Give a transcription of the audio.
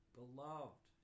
beloved